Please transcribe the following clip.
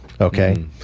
okay